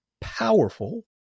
powerful